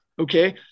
okay